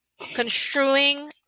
construing